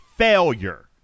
failure